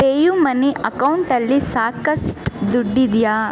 pay U money ಅಕೌಂಟಲ್ಲಿ ಸಾಕಷ್ಟು ದುಡ್ಡಿದೆಯಾ